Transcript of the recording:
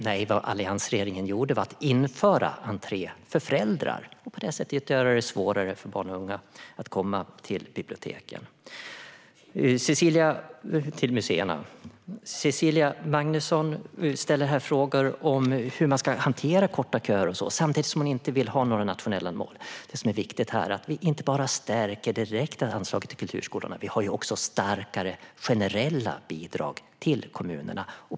Nej, vad alliansregeringen gjorde var att införa entré för föräldrar och på det sättet göra det svårare för barn och unga att komma till museerna. Cecilia Magnusson ställer här frågor om hur man ska hantera detta - korta köer och så vidare - samtidigt som man inte vill ha några nationella mål. Det som är viktigt här är att vi inte bara direkt stärker anslaget till kulturskolorna. Vi har också starkare generella bidrag till kommunerna.